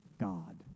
God